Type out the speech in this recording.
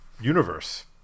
universe